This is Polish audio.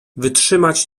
wytrzymać